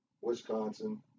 Wisconsin